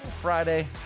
Friday